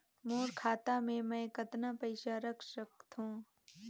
मोर खाता मे मै कतना पइसा रख सख्तो?